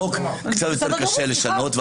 קצת יותר קשה לשנות.